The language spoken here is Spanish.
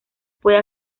puede